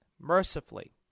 mercifully